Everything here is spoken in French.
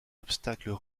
obstacles